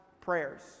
prayers